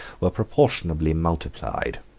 were proportionably multiplied.